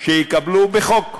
שיקבלו בחוק,